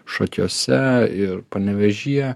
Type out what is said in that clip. šakiuose ir panevėžyje